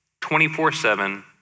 24-7